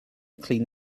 clean